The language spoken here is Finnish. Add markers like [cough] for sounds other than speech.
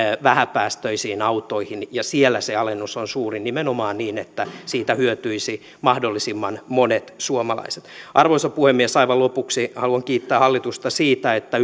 vähäpäästöisiin autoihin ja siellä se alennus on suurin nimenomaan niin että siitä hyötyisivät mahdollisimman monet suomalaiset arvoisa puhemies aivan lopuksi haluan kiittää hallitusta siitä että [unintelligible]